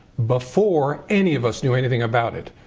before any of us knew anything about it.